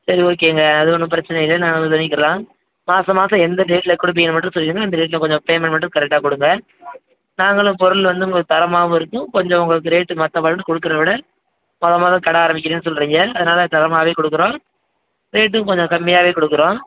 சரி ஓகேங்க அது ஒன்றும் பிரச்சனை இல்லை நான் உங்களுக்கு பண்ணித் தரலாம் மாதம் மாதம் எந்த டேட்டில் கொடுப்பீங்கன்னு மட்டும் சொல்லிவிடுங்க அந்த டேட்டில் கொஞ்சம் பேமெண்ட் மட்டும் கரெட்டாக் கொடுங்க நாங்களும் பொருள் வந்து உங்களுக்கு தரமாகவும் இருக்கும் கொஞ்சம் உங்களுக்கு ரேட்டு மற்றப் பேருக்கு கொடுக்குறத விட மொதல் மொதல் கடை ஆரமிக்கிறீங்கன்னு சொல்றீங்க அதனால தரமாகவே கொடுக்குறோம் ரேட்டும் கொஞ்சம் கம்மியாகவே கொடுக்குறோம்